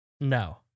No